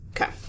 Okay